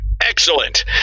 Excellent